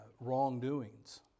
wrongdoings